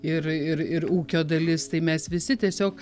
ir ir ir ūkio dalis tai mes visi tiesiog